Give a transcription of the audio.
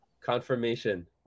Confirmation